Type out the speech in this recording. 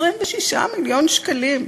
26 מיליון שקלים.